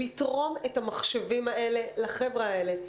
לתרום את המחשבים האלה לחבר'ה האלה.